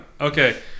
okay